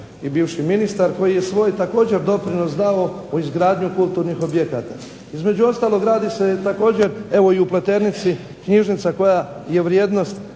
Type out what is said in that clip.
i bivši ministar koji je svoj također doprinos dao u izgradnju kulturnih objekata. Između ostalog gradi se evo i u Pleternici knjižnica koja je vrijednost